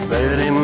Betty